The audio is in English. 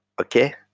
Okay